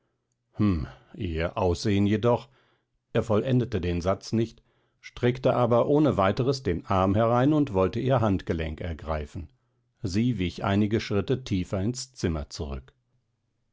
ihr aussehen jedoch er vollendete den satz nicht streckte aber ohne weiteres den arm herein und wollte ihr handgelenk ergreifen sie wich einige schritte tiefer ins zimmer zurück